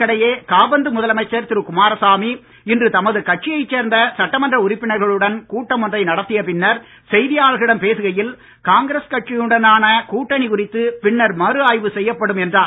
இதற்கிடையே காபந்து முதலமைச்சர் திரு குமாரசாமி இன்று தமது கட்சியை சேர்ந்த சட்டமன்ற உறுப்பினர்களுடன் கூட்டம் ஒன்றை நடத்திய பின்னர் செய்தியாளர்களிடம் பேசுகையில் காங்கிரஸ் கட்சியுடனான கூட்டணி குறித்து பின்னர் மறு ஆய்வு செய்யப்படும் என்றார்